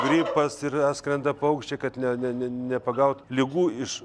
gripas ir atskrenda paukščiai kad ne ne ne nepagaut ligų iš